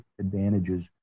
advantages